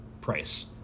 price